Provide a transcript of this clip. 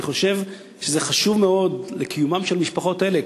אני חושב שזה חשוב מאוד לקיומן של משפחות אלה.